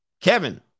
Kevin